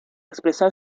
expresar